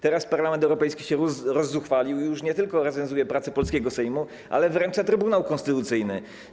Teraz Parlament Europejski się rozzuchwalił i już nie tylko recenzuje pracę polskiego Sejmu, ale wyręcza Trybunał Konstytucyjny.